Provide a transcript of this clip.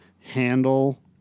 handle